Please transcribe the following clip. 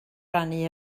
rannu